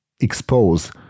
expose